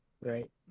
Right